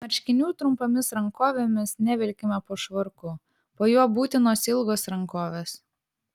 marškinių trumpomis rankovėmis nevilkime po švarku po juo būtinos ilgos rankovės